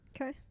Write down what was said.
okay